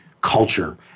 culture